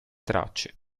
tracce